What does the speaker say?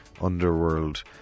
underworld